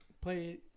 play